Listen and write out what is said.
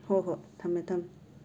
ꯍꯣꯏ ꯍꯣꯏ ꯊꯝꯃꯦ ꯊꯝꯃꯦ